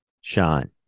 shine